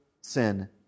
sin